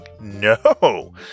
No